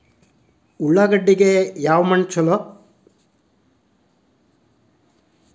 ಉಳ್ಳಾಗಡ್ಡಿಗೆ ಯಾವ ಮಣ್ಣು ಛಲೋ?